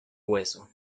hueso